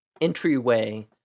entryway